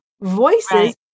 voices